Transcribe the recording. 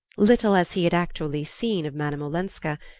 little as he had actually seen of madame olenska,